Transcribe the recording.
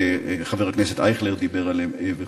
חבר הכנסת אייכלר דיבר עליהן וכו'.